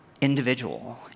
individual